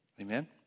Amen